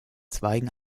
zweigen